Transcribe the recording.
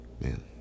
man